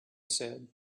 said